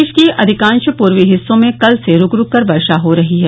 प्रदेश के अधिकांश पूर्वी हिस्सों में कल से रूक रूक कर वर्षा हो रही है